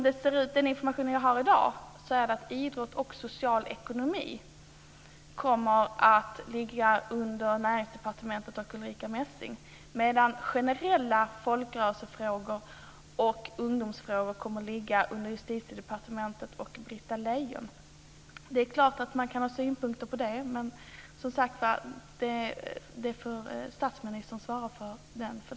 Den information som jag har i dag är det så att idrott och social ekonomi kommer att ligga under Näringsdepartementet och Ulrica Messing. Generella folkrörelsefrågor och ungdomsfrågor kommer att ligga under Justitiedepartementet och Britta Lejon. Det är klart att man kan ha synpunkter på det, men den fördelningen får statsministern svara för.